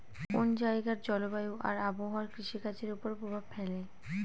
কোন জায়গার জলবায়ু আর আবহাওয়া কৃষিকাজের উপর প্রভাব ফেলে